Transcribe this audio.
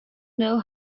know